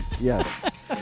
Yes